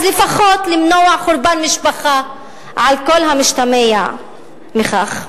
לפחות למנוע חורבן משפחה על כל המשתמע מכך.